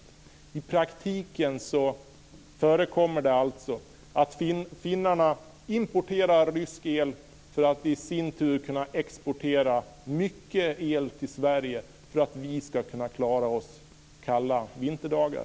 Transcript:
I praktiken förekommer det alltså att finnarna importerar rysk el för att i sin tur kunna exportera mycket el till Sverige för att vi ska kunna klara oss under kalla vinterdagar.